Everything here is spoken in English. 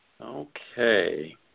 Okay